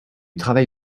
travail